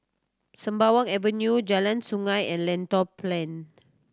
Sembawang Avenue Jalan Sungei and Lentor Plain